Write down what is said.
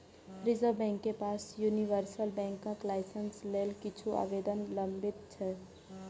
reserve Bank के पास universal बैंकक लाइसेंस लेल किछु आवेदन लंबित छै